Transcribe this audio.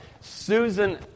Susan